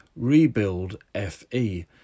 rebuildFE